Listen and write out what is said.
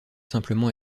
simplement